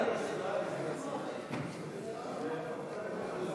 ההצעה להעביר את הצעת חוק קביעת מועדים